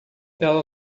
ela